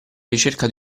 ricerca